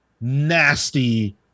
nasty